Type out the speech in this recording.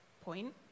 point